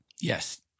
Yes